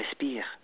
Respire